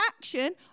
action